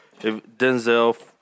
Denzel